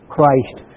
Christ